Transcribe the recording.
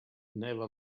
never